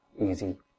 easy